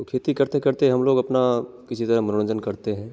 तो खेती करते करते हम लोग अपना इसी तरह मनोरंजन करते हैं